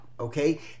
okay